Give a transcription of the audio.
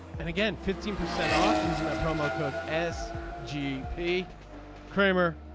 and again fifteen percent off using that promo code as gp kramer.